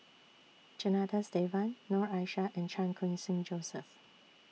Janadas Devan Noor Aishah and Chan Khun Sing Joseph